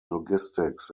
logistics